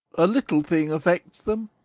a little thing affects them.